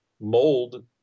mold